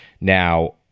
now